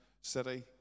city